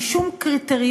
בלי שום קריטריונים.